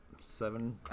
seven